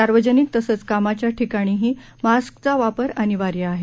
सार्वजनिक तसंच कामाच्या ठिकाणीही मास्कचा वापर अनिवार्य आहे